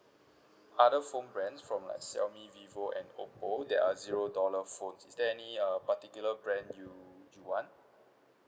other phone brands from like xiaomi vivo and oppo they are zero dollar phone is there any uh particular brand you you want